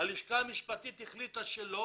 הלשכה המשפטית החליטה שלא